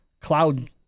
cloud